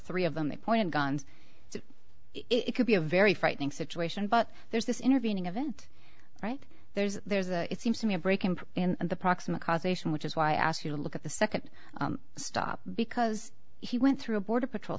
three of them they point guns so it could be a very frightening situation but there's this intervening event right there's there's a it seems to me a break and the proximate cause ation which is why i ask you to look at the second stop because he went through a border patrol